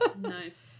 Nice